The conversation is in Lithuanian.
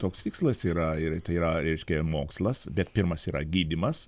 toks tikslas yra ir tai yra reiškia mokslas bet pirmas yra gydymas